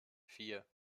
vier